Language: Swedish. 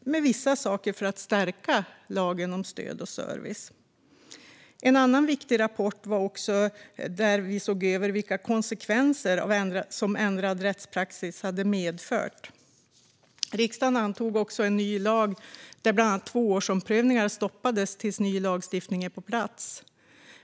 med vissa saker för att stärka lagen om stöd och service. En annan viktig rapport gällde att se över vilka konsekvenser som ändrad rättspraxis medfört. Riksdagen antog också en ny lag där bland annat tvåårsomprövningar stoppas tills ny lagstiftning är på plats.